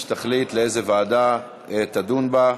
שתחליט איזו ועדה תדון בה.